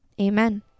Amen